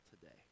today